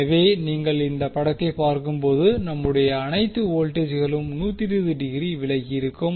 எனவே நீங்கள் இந்த படத்தை பார்க்கும்போது நம்முடைய அனைத்து வோல்டேஜ்களும் 120 டிகிரி விலகியிருக்கும்